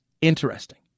interesting